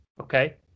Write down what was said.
Okay